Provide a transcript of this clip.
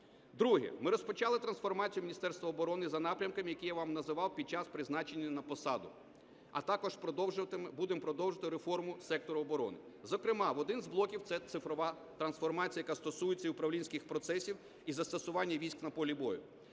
Друге. Ми розпочали трансформацію Міністерства оборони за напрямками, які я вам називав під час призначення на посаду, а також будемо продовжувати реформу сектору оборони. Зокрема, один з блоків – це цифрова трансформація, яка стосується і управлінських процесів, і застосування військ на полі бою.